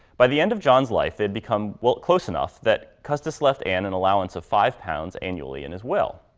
by the end of john's life, they'd become well close enough that custis left anne an and allowance of five pounds annually and as well.